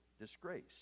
disgrace